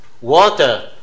water